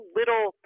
little